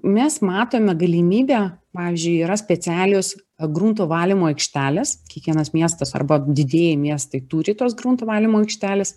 mes matome galimybę pavyzdžiui yra specialios grunto valymo aikštelės kiekvienas miestas arba didieji miestai turi tos grunto valymo aikštelės